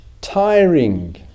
tiring